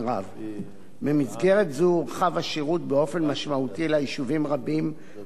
במסגרת זו הורחב השירות באופן משמעותי ליישובים רבים שבהם לא היה שירות,